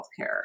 healthcare